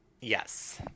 Yes